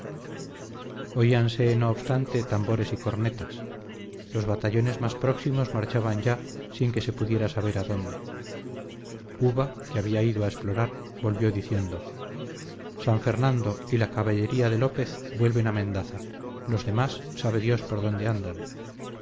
oíanse no obstante tambores y cornetas los batallones más próximos marchaban ya sin que se pudiera saber adónde uva que había ido a explorar volvió diciendo san fernando y la caballería de lópez vuelven a mendaza los demás sabe dios por dónde andan